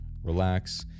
relax